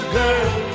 girl